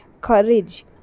courage